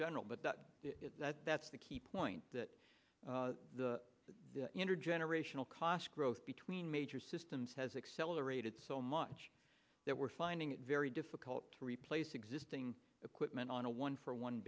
general but that is that that's the key point that the intergenerational cost growth between major systems has accelerated so much that we're finding it very difficult to replace existing equipment on a one for one